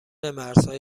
مرزهای